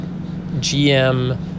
GM